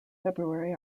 february